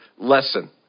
lesson